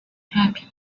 happy